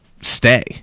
stay